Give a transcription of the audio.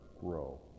grow